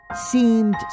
seemed